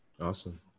Awesome